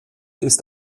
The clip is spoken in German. ist